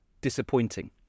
disappointing